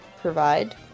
provide